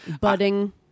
Budding